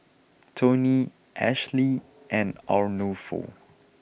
Toney Ashleigh and Arnulfo